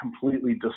completely